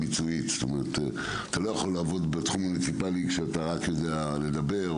לא יכול לעבוד בתחום המוניציפלי כשאתה יודע רק לדבר.